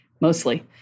Mostly